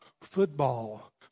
football